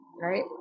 right